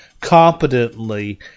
competently